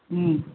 ம்